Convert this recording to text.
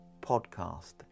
podcast